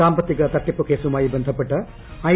സാമ്പത്തിക തട്ടിപ്പുക്കേസുമായി ബന്ധപ്പെട്ട് ഐ